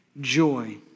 joy